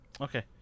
Okay